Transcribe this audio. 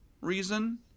reason